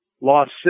lost